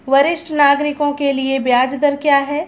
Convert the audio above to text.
वरिष्ठ नागरिकों के लिए ब्याज दर क्या हैं?